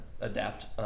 adapt